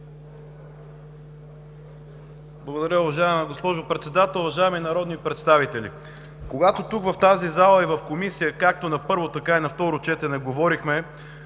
Благодаря, уважаема госпожо Председател. Уважаеми народни представители, когато тук в тази зала и в Комисията, както на първо, така и на второ четене говорихме